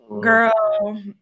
girl